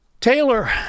Taylor